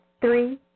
Three